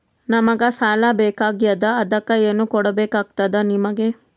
ನಮಗ ಸಾಲ ಬೇಕಾಗ್ಯದ ಅದಕ್ಕ ಏನು ಕೊಡಬೇಕಾಗ್ತದ ನಿಮಗೆ?